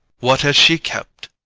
what has she kept?